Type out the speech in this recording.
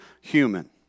human